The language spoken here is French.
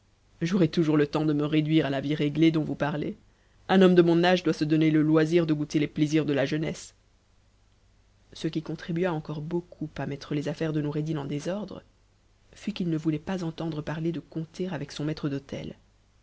j'aurai toujours le temps de me réduire à la vie réglée dont vous parlez un homme de mon âge doit se donner le loisir de goûter les plaisirs de la jeunesse ce qui contribua encore beaucoup à mettre les affaires de noureddin en désordre fut qu'il ne voulait pas entendre parler de compter avec son maitre d'hôtel